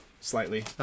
slightly